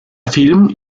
film